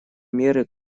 меры